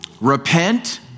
repent